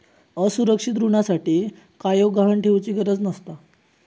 असुरक्षित ऋणासाठी कायव गहाण ठेउचि गरज नसता